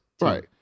Right